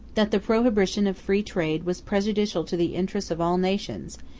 that the prohibition of free trade was prejudicial to the interests of all nations,